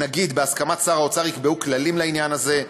הנגיד, בהסכמת שר האוצר יקבעו כללים לעניין הזה,